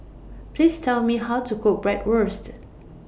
Please Tell Me How to Cook Bratwurst